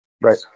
Right